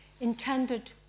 intended